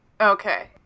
Okay